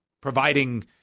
providing